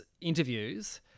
interviews